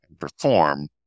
perform